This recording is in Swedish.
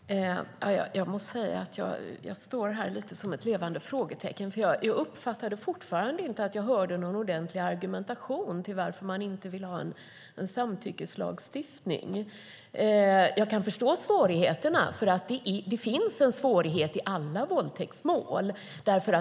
Herr talman! Jag måste säga att jag står här som ett levande frågetecken. Jag uppfattade fortfarande inte någon ordentlig argumentation för att inte ha en samtyckeslagstiftning. Jag kan förstå svårigheterna, för det finns en svårighet i alla våldtäktsmål.